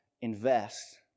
invest